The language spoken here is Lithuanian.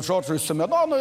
džordžui simenonui